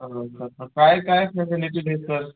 काय काय फॅसिलिटीज भेटेल